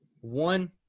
One